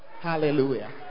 Hallelujah